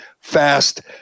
fast